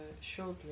shortly